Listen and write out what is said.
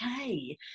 okay